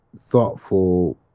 thoughtful